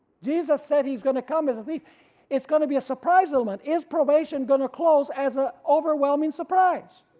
jesus said he's going to come as a thief it's going to be a surprise element, is probation gonna close as an ah overwhelming surprise?